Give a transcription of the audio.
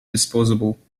disposable